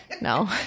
no